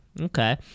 Okay